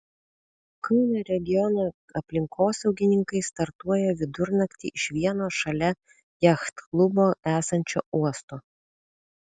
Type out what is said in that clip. kauno regiono aplinkosaugininkai startuoja vidurnaktį iš vieno šalia jachtklubo esančio uosto